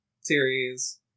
series